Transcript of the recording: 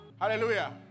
Hallelujah